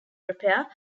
repair